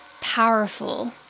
powerful